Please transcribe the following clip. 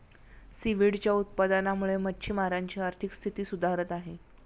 सीव्हीडच्या उत्पादनामुळे मच्छिमारांची आर्थिक स्थिती सुधारत आहे